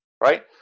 right